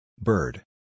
Bird